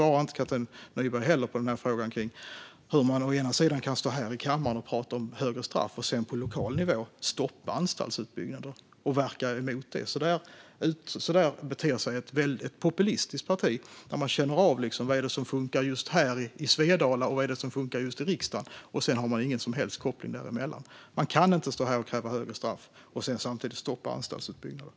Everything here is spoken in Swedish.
Katja Nyberg svarade inte på frågan hur man å ena sidan kan stå här i kammaren och prata om högre straff och å andra sidan stoppa anstaltsutbyggnader och verka emot det på lokal nivå. Så beter sig ett populistiskt parti som känner av vad som funkar i Svedala och vad som funkar i riksdagen och sedan inte har någon som helst koppling däremellan. Man kan inte stå här och kräva högre straff och sedan samtidigt stoppa anstaltsutbyggnader.